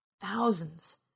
Thousands